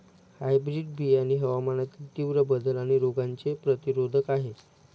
hybrid बियाणे हवामानातील तीव्र बदल आणि रोगांचे प्रतिरोधक आहे